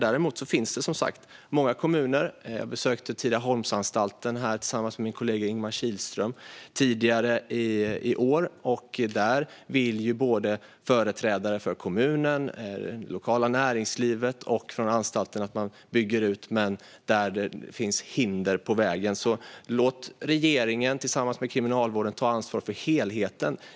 Däremot finns som sagt många villiga kommuner. Jag besökte tidigare i år Tidaholmsanstalten tillsammans med min kollega Ingemar Kihlström. Där vill företrädare för såväl kommunen som det lokala näringslivet och anstaltsledningen att det blir en utbyggnad, men där finns hinder på vägen. Låt regeringen tillsammans med Kriminalvården ta ansvar för helheten!